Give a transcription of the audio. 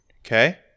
Okay